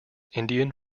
indian